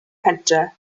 pentre